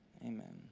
Amen